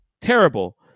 terrible